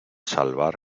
salvar